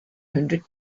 hundred